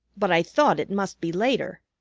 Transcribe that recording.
but i thought it must be later.